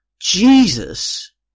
Jesus